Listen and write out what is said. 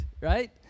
right